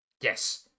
yes